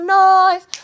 noise